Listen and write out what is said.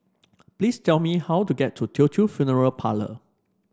please tell me how to get to Teochew Funeral Parlour